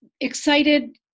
excited